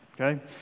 Okay